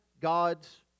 God's